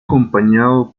acompañado